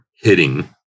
hitting